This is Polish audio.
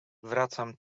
wracam